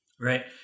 right